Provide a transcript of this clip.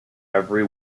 every